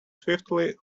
swiftly